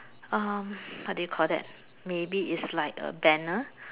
um what do you call that maybe it's like a banner